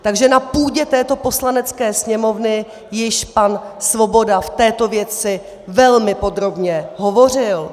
Takže na půdě této Poslanecké sněmovny již pan Svoboda v této věci velmi podrobně hovořil.